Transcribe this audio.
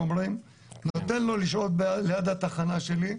נותן לו לשהות ליד התחנה שלי,